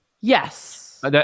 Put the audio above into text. Yes